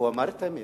אמר את האמת,